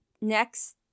next